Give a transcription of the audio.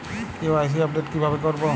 KYC update কিভাবে করবো?